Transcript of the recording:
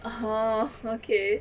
orh okay